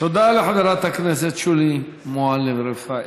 תודה לחברת הכנסת שולי מועלם-רפאלי.